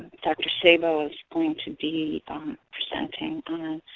dr. sabo is going to be presenting on